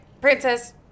Princess